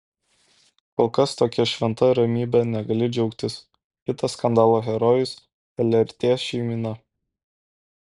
kol kas tokia šventa ramybe negali džiaugtis kitas skandalo herojus lrt šeimyna